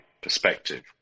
perspective